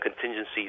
contingencies